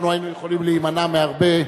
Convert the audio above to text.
אנחנו היינו יכולים להימנע מהרבה.